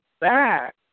back